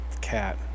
cat